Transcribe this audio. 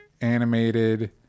animated